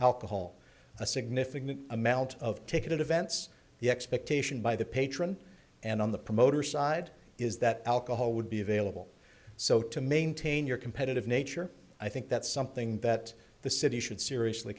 alcohol a significant amount of ticket events the expectation by the patron and on the promoter side is that alcohol would be available so to maintain your competitive nature i think that's something that the city should seriously